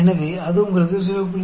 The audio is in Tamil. எனவே அது உங்களுக்கு 0